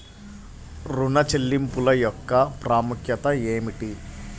ఋణ చెల్లింపుల యొక్క ప్రాముఖ్యత ఏమిటీ?